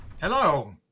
Hello